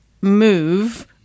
move